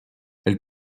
elle